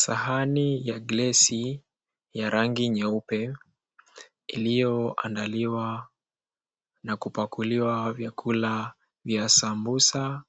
Sahani ya glasi ya rangi nyeupe iliyoandaliwa na kupakuliwa vyakula vya sambusa